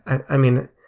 and i mean,